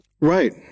Right